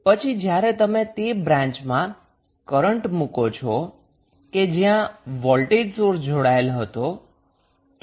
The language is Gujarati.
હવે પછી જ્યારે તમે તે બ્રાન્ચમાં કરન્ટ મૂકો છો કે જ્યાં વોલ્ટેજ સોર્સ જોડાયેલ હતા